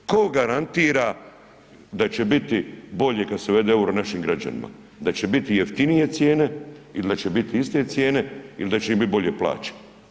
Tko garantira da će biti bolje kad se uvede EUR-o našim građanima, da će biti jeftinije cijene ili da će biti iste cijene ili da će im biti bolje plaće?